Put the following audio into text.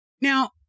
Now